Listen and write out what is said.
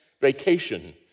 vacation